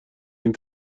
این